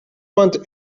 want